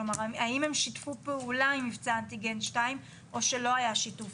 כלומר האם הם שיתפו פעולה עם מבצע אנטיגן 2 או שלא היה שיתוף